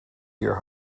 your